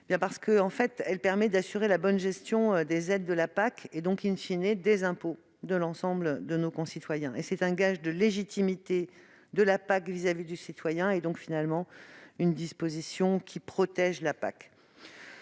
disposition permet d'assurer la bonne gestion des aides de la PAC, et donc,, des impôts de l'ensemble de nos concitoyens ; il s'agit d'un gage de légitimité de la PAC vis-à-vis du citoyen, et donc, finalement, d'une disposition qui protège la PAC.